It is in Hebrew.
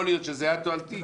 יכול להיות שזה היה תועלתי.